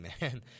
man